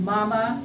Mama